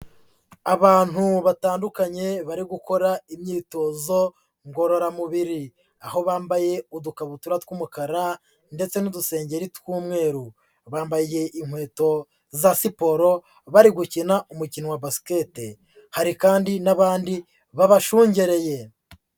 Abantu batandukanye bari gukora imyitozo ngororamubiri, aho bambaye udukabutura tw'umukara ndetse n'udusengeri tw'umweru, bambaye inkweto za siporo bari gukina umukino wa Basket, hari kandi n'abandi babashungereye.